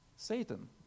Satan